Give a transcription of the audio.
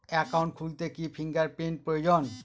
Account খুলতে কি fingerprint প্রয়োজন?